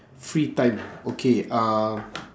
free time okay uh